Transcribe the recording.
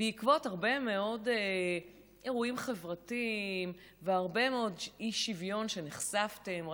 בעקבות הרבה מאוד אירועים חברתיים והרבה מאוד אי-שוויון שנחשפתם לו,